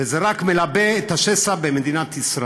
וזה רק מגדיל את השסע במדינת ישראל.